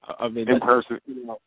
in-person